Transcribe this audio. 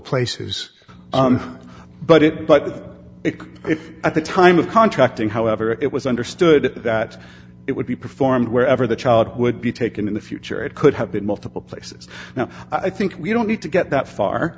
places but it but if at the time of contracting however it was understood that it would be performed wherever the child would be taken in the future it could have been multiple places now i think we don't need to get that far